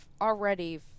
already